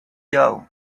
doe